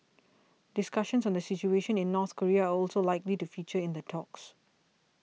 discussions on the situation in North Korea are also likely to feature in the talks